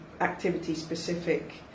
Activity-specific